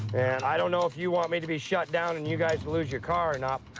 and i don't know if you want me to be shut down and you guys lose your car or not.